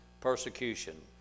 persecution